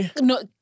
No